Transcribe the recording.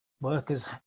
workers